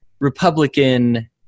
Republican